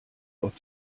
auf